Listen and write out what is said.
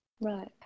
Right